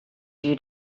you